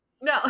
no